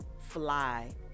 fly